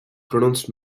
pronounced